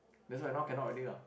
that's why now cannot already ah